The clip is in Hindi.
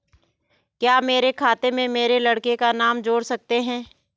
क्या मेरे खाते में मेरे लड़के का नाम जोड़ सकते हैं?